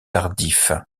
tardif